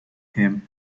him